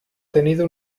tenido